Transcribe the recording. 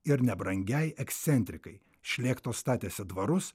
ir nebrangiai ekscentrikai šlėktos statėsi dvarus